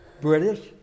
British